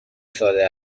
ساده